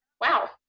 wow